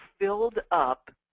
filled-up